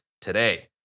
today